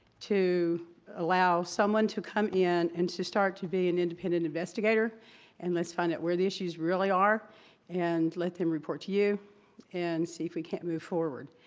to allow someone to come in and to start to be an independent investigator and let's find out where the issues really are and let them report to you and see if we can't move forward.